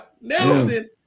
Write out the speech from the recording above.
Nelson